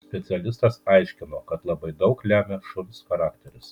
specialistas aiškino kad labai daug lemia šuns charakteris